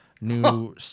new